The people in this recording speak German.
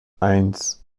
eins